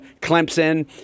Clemson